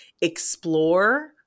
explore